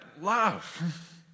love